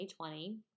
2020